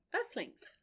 Earthlings